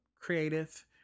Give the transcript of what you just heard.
creative